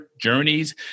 journeys